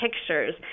pictures